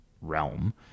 realm